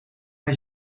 hij